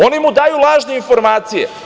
Oni mu daju lažne informacije.